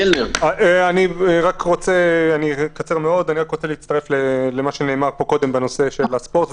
אני רק רוצה להצטרף למה שנאמר פה קודם בנושא הספורט,